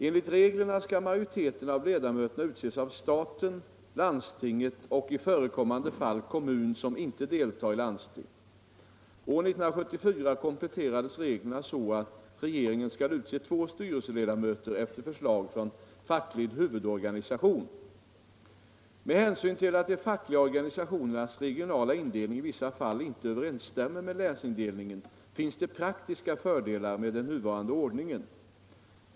Enligt reglerna skall majoriteten av ledamöterna utses av staten, landstinget och i förekommande fall kommun som inte deltar i landsting. År 1974 kompletterades reglerna så att regeringen skall utse två styrelseledamöter efter förslag från facklig huvudorganisation. Med hänsyn till att de fackliga organisationernas regionala indelning i vissa fall inte överensstämmer med länsindelningen finns det praktiska fördelar med den nuvarande ordningen.